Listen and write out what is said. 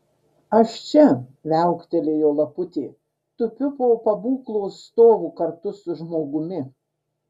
aš čia viauktelėjo laputė tupiu po pabūklo stovu kartu su žmogumi